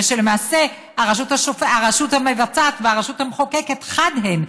ושלמעשה הרשות המבצעת והרשות המחוקקת חד הן,